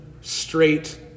straight